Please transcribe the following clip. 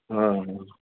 हा